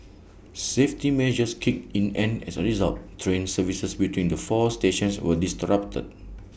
safety measures kicked in and as A result train services between the four stations were disrupted